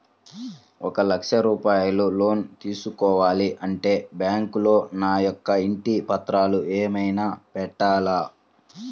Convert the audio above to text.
ఒక లక్ష రూపాయలు లోన్ తీసుకోవాలి అంటే బ్యాంకులో నా యొక్క ఇంటి పత్రాలు ఏమైనా పెట్టాలా?